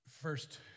first